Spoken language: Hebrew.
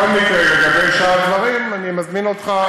בכל מקרה, לגבי שאר הדברים, אני מזמין אותך,